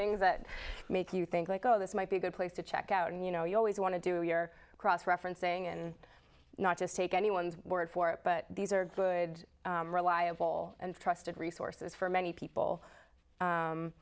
things that make you think like oh this might be a good place to check out and you know you always want to do your cross referencing and not just take anyone's word for it but these are good ball and trusted resources for many people